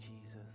Jesus